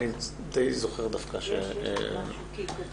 אני די זוכר, דווקא.